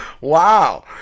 wow